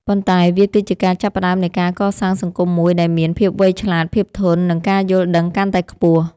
ប៉ុន្តែវាគឺជាការចាប់ផ្តើមនៃការកសាងសង្គមមួយដែលមានភាពវៃឆ្លាត ភាពធន់ និងការយល់ដឹងកាន់តែខ្ពស់។